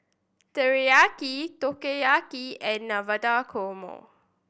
Teriyaki Takoyaki and Navratan Korma